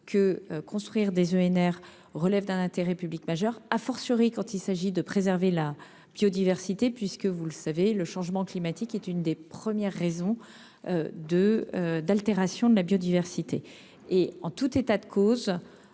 que construire des EnR relève d'un intérêt public majeur, quand il s'agit de préserver la biodiversité, puisque, vous le savez, le changement climatique est l'une des premières raisons d'altération de la biodiversité. En tout état de cause,